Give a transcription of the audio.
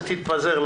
תתפזר,